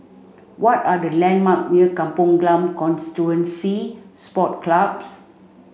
what are the landmark near Kampong Glam Constituency Sport Club